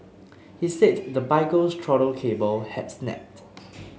he said the biker's throttle cable had snapped